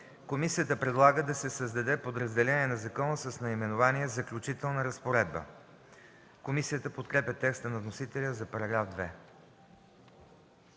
Комисията предлага да се създаде подразделение на закона с наименование: „Заключителна разпоредба”. Комисията подкрепя текста на вносителя за § 2.